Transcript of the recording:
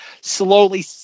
slowly